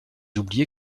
oublié